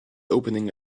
opening